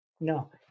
No